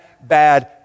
bad